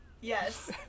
Yes